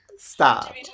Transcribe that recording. Stop